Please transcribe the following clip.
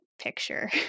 picture